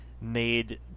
made